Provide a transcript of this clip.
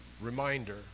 reminder